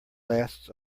lasts